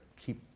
keep